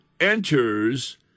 enters